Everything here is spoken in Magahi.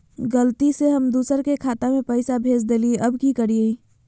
गलती से हम दुसर के खाता में पैसा भेज देलियेई, अब की करियई?